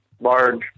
large